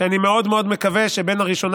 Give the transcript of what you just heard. ואני מאוד מאוד מקווה שבין הראשונה